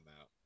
out